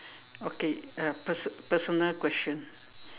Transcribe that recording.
okay uh person~ personal question